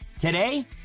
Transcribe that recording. Today